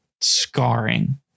scarring